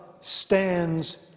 stands